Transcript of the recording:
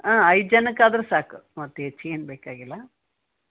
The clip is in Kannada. ಆಂ ಐದು ಜನಕ್ಕೆ ಆದ್ರೂ ಸಾಕು ಮತ್ತು ಹೆಚ್ಗೆ ಏನೂ ಬೇಕಾಗಿಲ್ಲ